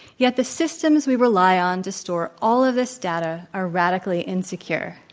yet the systems we rely on to store all of this data are radically insecure.